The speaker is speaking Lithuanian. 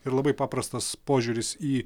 ir labai paprastas požiūris į